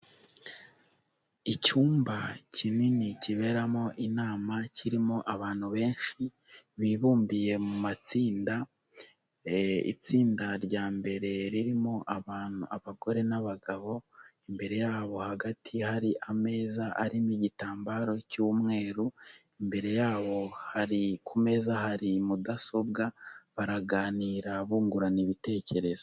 Icyumba kinini kiberamo inama kirimo abantu benshi bibumbiye mu matsinda, itsinda rya mbere ririmo abantu abagore n'abagabo, imbere yabo hagati hari ameza arimo igitambaro cy'umweru, imbere yabo hari ku meza hari mudasobwa, baraganira bungurana ibitekerezo.